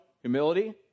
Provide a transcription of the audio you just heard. humility